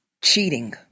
cheating